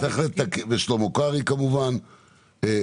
ושלמה קרעי כמובן,